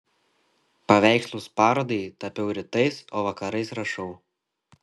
paveikslus parodai tapiau rytais o vakarais rašau